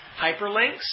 hyperlinks